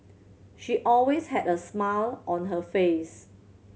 she always had a smile on her face